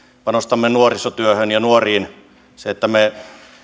panostamme nuorisotyöhön ja nuoriin ja se että me